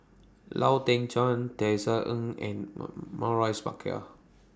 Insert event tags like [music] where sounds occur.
Lau Teng Chuan Tisa Ng and [unintelligible] Maurice Baker